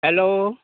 hello